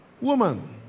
Woman